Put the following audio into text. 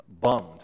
bummed